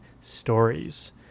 stories